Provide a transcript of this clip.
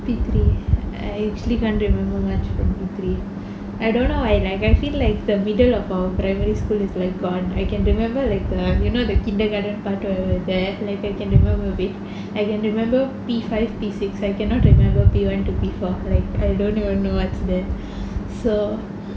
P three I actually can't remember much from P three I don't know ah like I feel like the middle of our primary school is like gone I can remember like the you know the kindergarten part or that like I can remember a bit I can remember P five P six I cannot remember P one to P four like I don't even know what's there so